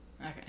okay